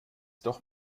doch